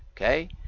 Okay